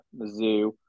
Mizzou